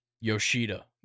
Yoshida